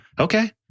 Okay